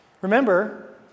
Remember